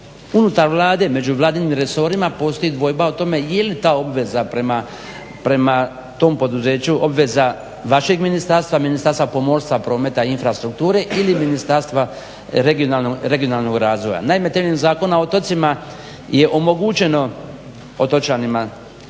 unutar Vlade među vladinim resorima postoji dvojba o tome je li ta obveza prema tom poduzeću obveza vašeg ministarstva, ministarstva pomorstva, prometa i infrastrukture ili Ministarstva regionalnog razvoja. Naime, temeljem Zakona o otocima je omogućeno otočanima